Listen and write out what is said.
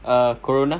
uh corona